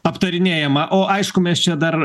aptarinėjama o aišku mes čia dar